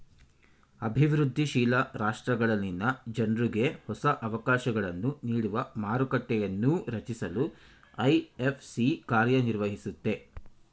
ಅಭಿವೃದ್ಧಿ ಶೀಲ ರಾಷ್ಟ್ರಗಳಲ್ಲಿನ ಜನ್ರುಗೆ ಹೊಸ ಅವಕಾಶಗಳನ್ನು ನೀಡುವ ಮಾರುಕಟ್ಟೆಯನ್ನೂ ರಚಿಸಲು ಐ.ಎಫ್.ಸಿ ಕಾರ್ಯನಿರ್ವಹಿಸುತ್ತೆ